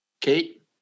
Kate